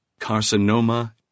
Carcinoma